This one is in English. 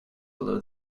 below